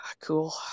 cool